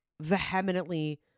vehemently